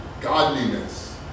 Godliness